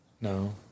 No